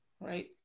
right